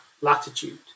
latitude